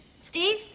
Steve